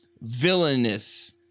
villainous